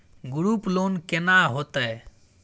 Group loan केना होतै?